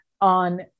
on